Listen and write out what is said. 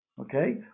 Okay